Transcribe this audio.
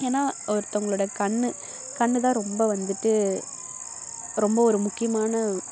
ஏன்னால் ஒருத்தவங்களோட கண் கண்தான் ரொம்ப வந்துட்டு ரொம்ப ஒரு முக்கியமான